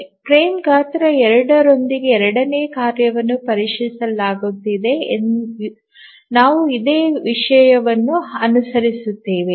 frame ಗಾತ್ರ 2 ರೊಂದಿಗೆ ಎರಡನೇ ಕಾರ್ಯವನ್ನು ಪರಿಶೀಲಿಸಲಾಗುತ್ತಿದೆ ನಾವು ಇದೇ ವಿಷಯವನ್ನು ಅನುಸರಿಸುತ್ತೇವೆ